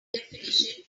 definition